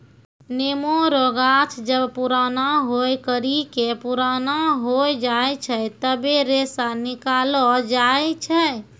नेमो रो गाछ जब पुराणा होय करि के पुराना हो जाय छै तबै रेशा निकालो जाय छै